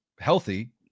healthy